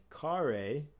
Kare